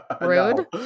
Rude